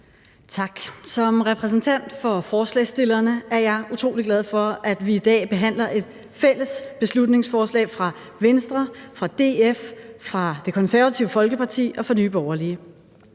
Som repræsentant for forslagsstillerne er jeg utrolig glad for, at vi i dag behandler et fælles beslutningsforslag fra Venstre, fra DF, fra Det Konservative Folkeparti og fra Nye Borgerlige.